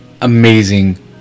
amazing